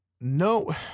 no